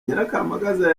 nyirakamagaza